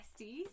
besties